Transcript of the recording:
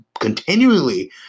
continually